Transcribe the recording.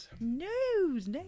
News